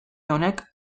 honek